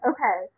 Okay